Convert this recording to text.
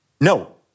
No